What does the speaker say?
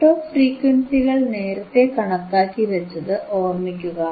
cut off ഫ്രീക്വൻസികൾ നേരത്തേ കണക്കാക്കി വച്ചത് ഓർമിക്കുക